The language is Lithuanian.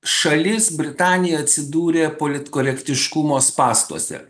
šalis britanija atsidūrė politkorektiškumo spąstuose